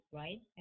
right